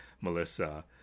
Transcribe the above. melissa